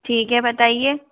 ठीक है बताईये